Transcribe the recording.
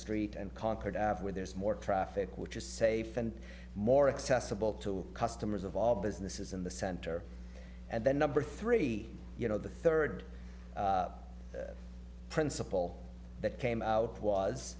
street and concord where there's more traffic which is safe and more accessible to customers of all businesses in the center and then number three you know the third principle that came out was